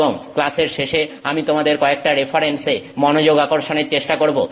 এবং ক্লাসের শেষে আমি তোমাদের কয়েকটা রেফারেন্সে মনোযোগ আকর্ষণের চেষ্টা করব